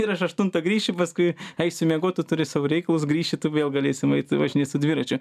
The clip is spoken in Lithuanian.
ir aš aštuntą grįšiu paskui eisiu miegot tu turi savo reikalus grįši tu vėl galėsim eit važinėt su dviračiu